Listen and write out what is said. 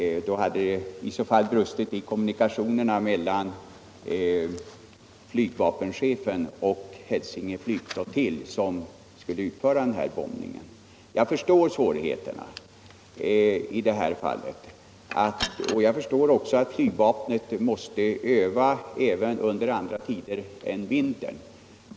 Det har tydligen brustit i kommunikationerna mellan flygvapenchefen och Hälsinge flygflottilj, som skulle utföra bombningen. Jag förstår svårigheterna alt flygvapnet måste öva även under andra årstider än vintern.